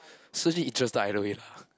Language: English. Su-Jin interested either way lah